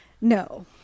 No